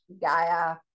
Gaia